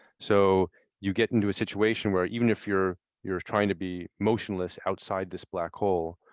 so you get into a situation where even if you're you're trying to be motionless outside this black hole,